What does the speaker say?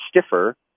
stiffer